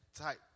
Type